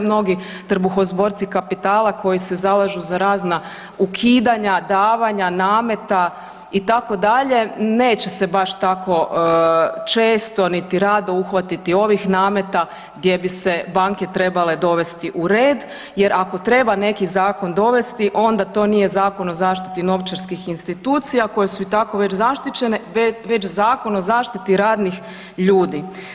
Mnogi trbuhozborci kapitala koji se zalažu za razna ukidanja davanja nameta itd., neće se baš tako često niti rado uhvatiti ovih nameta gdje bi se banke trebale dovesti u red jer ako treba neki zakon dovesti onda to nije Zakon o zaštiti novčarskih institucija koje su i tako već zaštićene već Zakon o zaštiti radnih ljudi.